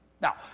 Now